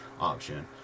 option